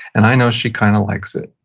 and i know she kind of likes it